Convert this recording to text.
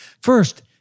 First